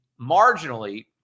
marginally